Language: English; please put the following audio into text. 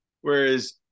Whereas